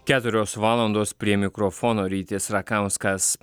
keturios valandos prie mikrofono rytis rakauskas